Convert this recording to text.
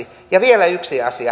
ja vielä yksi asia